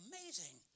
amazing